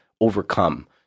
overcome